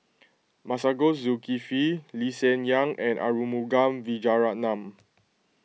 Masagos Zulkifli Lee Hsien Yang and Arumugam Vijiaratnam